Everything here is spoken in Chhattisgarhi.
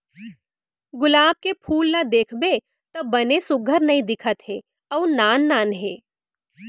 गुलाब के फूल ल देखबे त बने सुग्घर नइ दिखत हे अउ नान नान हे